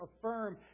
affirm